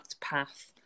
path